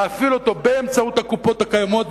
להפעיל אותו באמצעות הקופות הקיימות,